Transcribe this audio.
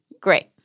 Great